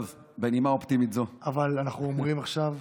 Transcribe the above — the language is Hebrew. טוב, בנימה אופטימית זו, אבל אנחנו אומרים עכשיו,